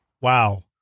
Wow